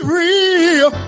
real